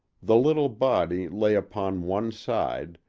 the little body lay upon one side,